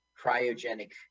cryogenic